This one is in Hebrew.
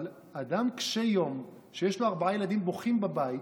אבל אדם קשה יום, שיש לו ארבעה ילדים בוכים בבית,